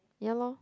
ya loh